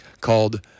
called